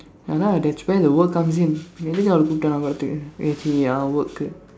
ya lah that's where the work comes in ya work கு:ku